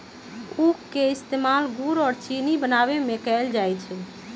उख के इस्तेमाल गुड़ आ चिन्नी बनावे में कएल जाई छई